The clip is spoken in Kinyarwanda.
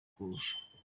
kogosha